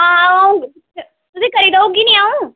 हां ओह् तुसें ई करी देई ओड़गी निं अ'ऊं